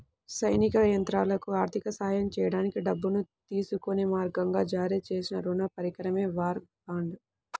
సైనిక ప్రయత్నాలకు ఆర్థిక సహాయం చేయడానికి డబ్బును తీసుకునే మార్గంగా జారీ చేసిన రుణ పరికరమే వార్ బాండ్